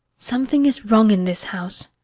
something is wrong in this house.